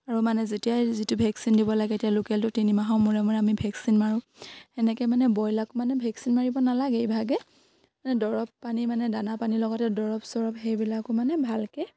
আৰু মানে যেতিয়াই যিটো ভেকচিন দিব লাগে এতিয়া লোকেলটো তিনিমাহৰ মূৰে মূৰে আমি ভেকচিন মাৰোঁ সেনেকে মানে ব্ৰইলাৰক মানে ভেকচিন মাৰিব নালাগে এইভাগে মানে দৰৱ পানী মানে দানা পানীৰ লগতে দৰৱ চৰব সেইবিলাকো মানে ভালকে